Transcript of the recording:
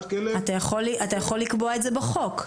כלב --- אתה יכול לקבוע את זה בחוק.